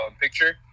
picture